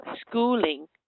schooling